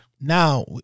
Now